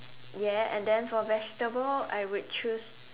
ya and then for vegetable I would choose